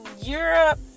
Europe